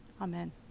Amen